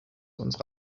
unsere